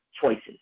choices